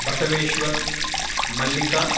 Basaveshwar Mallika